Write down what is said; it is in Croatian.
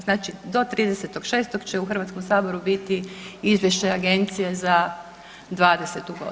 Znači do 30.6. će u Hrvatskom saboru biti Izvješće Agencije za '20. g.